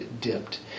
dipped